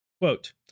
Quote